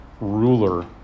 ruler